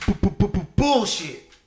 Bullshit